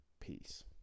Peace